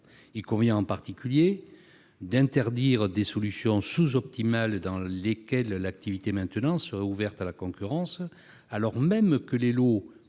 Il convient, en particulier, d'exclure des solutions sous-optimales dans lesquelles l'activité de maintenance serait ouverte à la concurrence, alors même que les lots